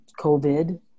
COVID